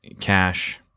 cash